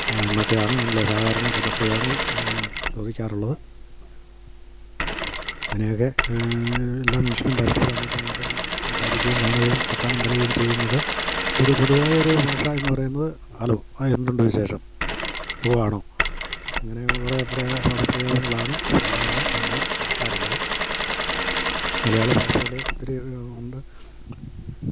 ആ എന്നൊക്കെയാണ് നമ്മൾ സാധാരണ പദപ്രയോഗങ്ങൾ ചോദിക്കാറുള്ളത് അങ്ങനെയൊക്കെ എല്ലാ മനുഷ്യരും പരസ്പ്പരം അങ്ങോട്ടുമിങ്ങോട്ടും സംസാരിക്കുകയും കാണുകയും വർത്തമാനം പറയുകയും ചെയ്യുന്നത് ഒരു പൊതുവായ ഒരു ഭാഷ എന്നു പറയുന്നത് ഹലോ ആ എന്തുണ്ട് വിശേഷം സുഖമാണോ അങ്ങനെ കുറേ കുറേ പദപ്രയോഗങ്ങളാണ് സാധാരണ നമ്മൾ നടത്താറുള്ളത് മലയാള ഭാഷയിൽ ഒത്തിരി ഉണ്ട്